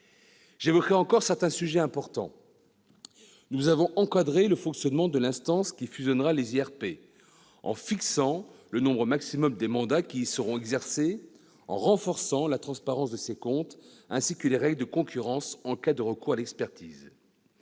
J'évoquerai encore certains sujets importants. Nous avons encadré le fonctionnement de l'instance qui fusionnera les IRP, en fixant le nombre maximal des mandats qui y seront exercés, en renforçant la transparence de ses comptes ainsi que les règles de concurrence en cas de recours à l'expertise.